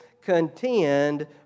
contend